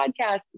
podcast